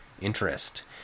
interest